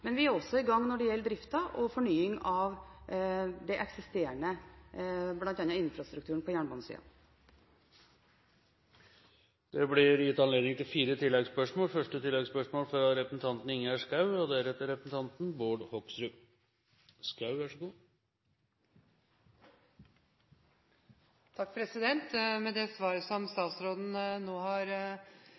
Men vi er også i gang når det gjelder driften og fornying av det eksisterende, bl.a. infrastrukturen på jernbanesiden. Det blir gitt anledning til fire oppfølgingsspørsmål – først representanten Ingjerd Schou. Med det svaret som statsråden nå har